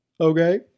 Okay